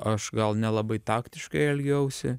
aš gal nelabai taktiškai elgiausi